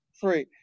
three –